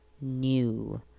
new